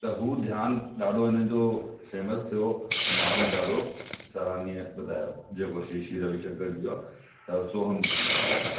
त हू ध्यानु ॾाढो हिन जो फेमस थियो ऐं माण्हू ॾाढो सराहनीय ॿुधायो जेको श्री श्री रवि शंकर जी जो आहे त सोहम ध्यानु विधि आहे